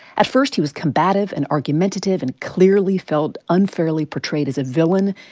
at first, he was combative and argumentative and clearly felt unfairly portrayed as a villain.